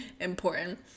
important